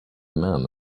man